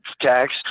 tax